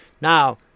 Now